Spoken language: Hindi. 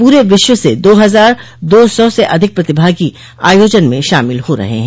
पूरे विश्व से दो हजार दो सौ से अधिक प्रतिभागी आयोजन में शामिल हो रहे हैं